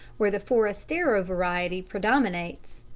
where the forastero variety predominates,